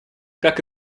как